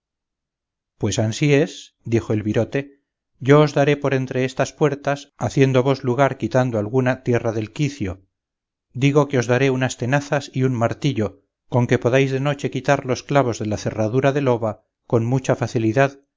pues ansí es dijo el virote yo os daré por entre estas puertas haciendo vos lugar quitando alguna tierra del quicio digo que os daré unas tenazas y un martillo con que podáis de noche quitar los clavos de la cerradura de loba con mucha facilidad